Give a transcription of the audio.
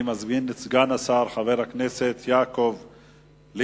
אני מזמין את סגן השר, חבר הכנסת יעקב ליצמן.